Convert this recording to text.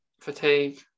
fatigue